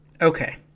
Okay